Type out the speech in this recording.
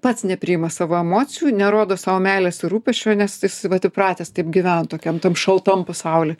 pats nepriima savo emocijų nerodo savo meilės ir rūpesčio nes vat įpratęs taip gyvent tokiam tam šaltam pasauly